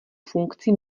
funkcí